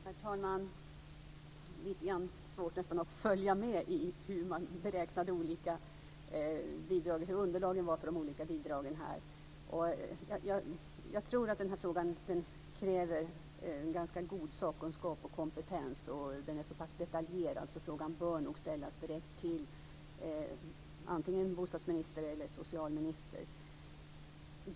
Herr talman! Det är nästan lite svårt att följa med i beräkningarna, i hur underlagen är för de olika bidragen här. Jag tror att frågan kräver en ganska god sakkunskap och kompetens. Frågan är så pass detaljerad att den nog bör ställas direkt till antingen bostadsministern eller socialministern.